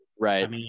Right